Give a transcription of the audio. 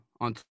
on